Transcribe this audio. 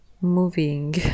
moving